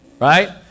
right